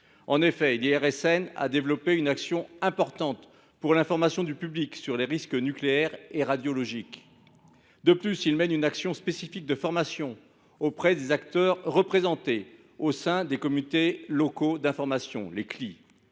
En effet, l’IRSN a développé une action importante pour l’information du public sur les risques nucléaires et radiologiques. De plus, il mène une action spécifique de formation auprès des acteurs représentés au sein des commissions locales d’information (CLI).